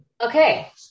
Okay